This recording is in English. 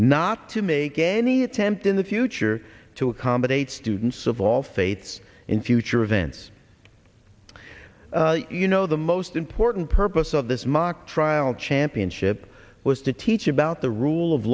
not to make any attempt in the future to accommodate students of all faiths in future events you know the most important purpose of this mock trial championship was to teach about the rule of